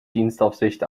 dienstaufsicht